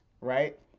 right